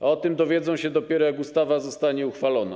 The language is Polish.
A o tym dowiedzą się dopiero, jak ustawa zostanie uchwalona.